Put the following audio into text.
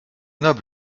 noble